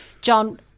John